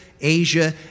Asia